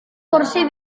kursi